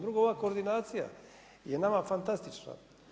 Drugo, ova koordinacija je nama fantastična.